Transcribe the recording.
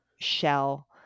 Shell